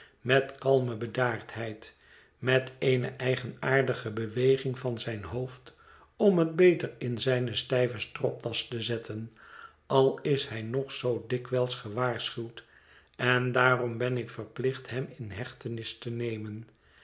met kalme bedaardheid met eene eigenaardige beweging van zijn hoofd om het beter in zijne stijve stropdas te zetten al is hij nog zoo dikwijls gewaarschuwd endaarom ben ik verplicht hem in hechtenis te nemen